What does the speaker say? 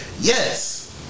Yes